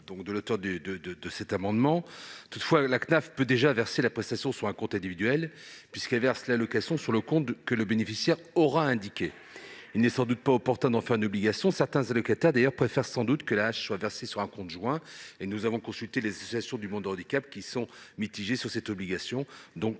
de l'auteur de cet amendement. Toutefois, la CNAF peut déjà verser la prestation sur un compte individuel, puisqu'elle le fait sur le compte que le bénéficiaire aura indiqué. Il n'est sans doute pas opportun d'en faire une obligation ; certains allocataires préfèrent d'ailleurs sans doute que l'AAH soit versée sur un compte joint. Nous avons consulté sur ce point les associations du monde du handicap, qui sont mitigées quant à une telle obligation. Pour